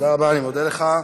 תודה רבה, אני מודה לך.